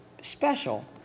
special